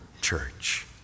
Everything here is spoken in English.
church